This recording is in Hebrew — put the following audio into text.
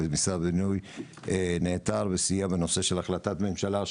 ומשרד הבינוי נעתר וסייע בנושא של החלטת ממשלה,